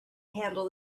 handle